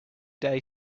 day